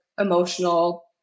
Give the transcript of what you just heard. emotional